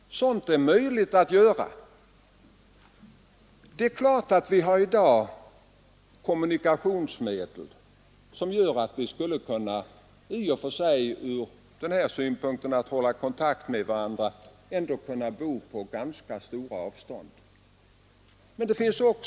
Sådant är alltså möjligt att göra. I dag har vi naturligtvis kommunikationsmedel som gör att vi i och för sig kan hålla kontakt med varandra även om avstånden är ganska stora.